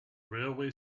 railway